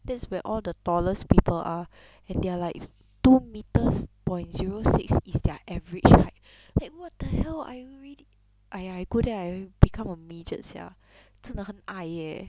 that's where all the tallest people are and they're like two metres point zero six is their average height that what the hell I already !aiya! I go there I become a midget sia 真的很矮 eh